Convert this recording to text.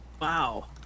Wow